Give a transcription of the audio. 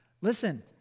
Listen